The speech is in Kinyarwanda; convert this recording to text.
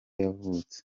yavutse